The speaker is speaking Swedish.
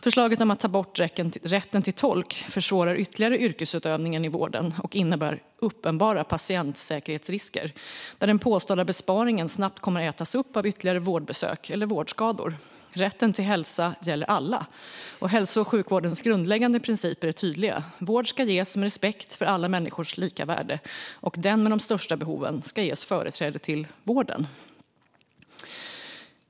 Förslaget om att ta bort rätten till tolk försvårar ytterligare yrkesutövningen i vården och innebär uppenbara patientsäkerhetsrisker. Den påstådda besparingen kommer snabbt att ätas upp av ytterligare vårdbesök eller vårdskador. Rätten till hälsa gäller alla, och hälso och sjukvårdens grundläggande principer är tydliga. Vård ska ges med respekt för alla människors lika värde, och de med de största behoven ska ges företräde till vården.